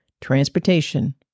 transportation